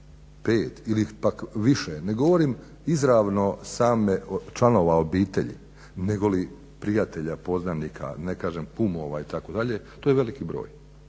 5 ili pak više, ne govorim izravno samo članova obitelji negoli prijatelja, poznanika, kumova itd., to je veliki broj.